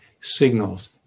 signals